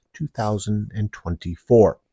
2024